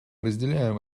разделяем